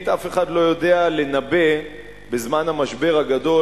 אף אחד לא יודע לנבא אם בזמן המשבר הגדול